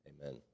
Amen